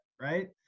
right